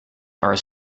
are